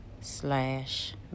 slash